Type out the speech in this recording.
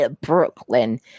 Brooklyn